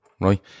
right